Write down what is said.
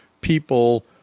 people